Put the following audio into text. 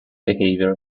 behavior